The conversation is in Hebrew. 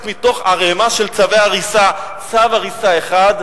מתוך ערימה של צווי הריסה צו הריסה אחד,